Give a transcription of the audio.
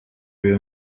uyu